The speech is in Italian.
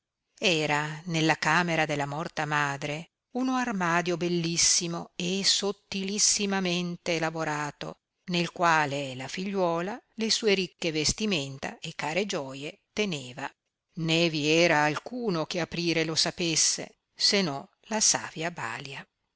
era nella camera della morta madre uno armaio bellissimo e sottilissimamente lavorato nel quale la figliuola le sue ricche vestimenta e care gioie teneva nevi era alcuno che aprire lo sapesse se no la savia balia